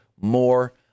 more